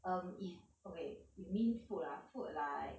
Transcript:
um if okay you mean food ah food like